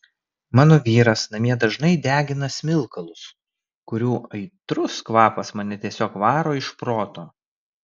mano vyras namie dažnai degina smilkalus kurių aitrus kvapas mane tiesiog varo iš proto